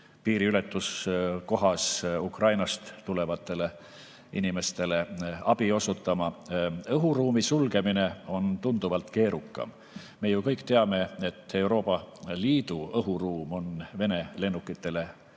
piiriületuskohta Ukrainast tulevatele inimestele abi osutama. Õhuruumi sulgemine on tunduvalt keerukam. Me ju kõik teame, et Euroopa Liidu õhuruum on Vene lennukitele suletud.